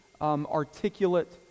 articulate